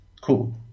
Cool